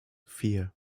vier